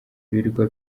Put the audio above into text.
ibirwa